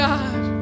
God